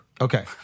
Okay